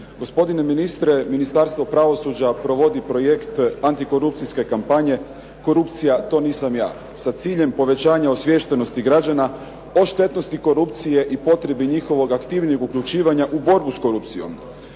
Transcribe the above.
Gospodine ministre, Ministarstvo pravosuđa provodi projekt antikroupcijske kampanja "Korupcija to nisam ja", sa ciljem povećanja osviještenosti građana o štetnosti korupcije i potrebi njihovog aktivnijeg uključivanja u borbu sa korupcijom.